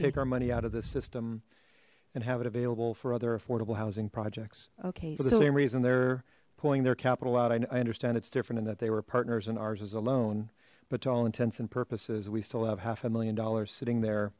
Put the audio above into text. take our money out of the system and have it available for other affordable housing projects okay the same reason they're pulling their capital out i understand it's different in that they were partners and ours is alone but to all intents and purposes we still have half a million sitting there